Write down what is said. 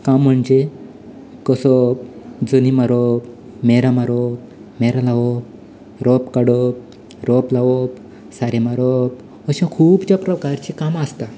कामां म्हणजें कसो जनी मारप मेरां मारप मेरां लावप रोंप काडप रोंप लावप सारें मारप अशें खुबश्यां प्रकारचें कामां आसतां